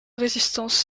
résistance